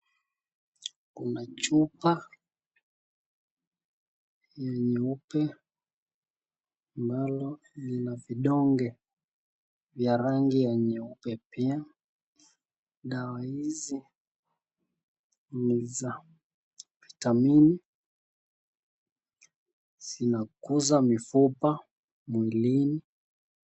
Kuna chupa nyeupe ambalo lina vidonge vya rangi ya nyeupe pia. Dawa hizi ni za vitamini. Zinakuza mifupa mwilini.